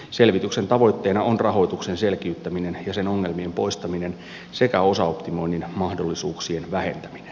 selvityksen tavoitteena on rahoituksen selkiyttäminen ja sen ongelmien poistaminen sekä osaoptimoinnin mahdollisuuksien vähentäminen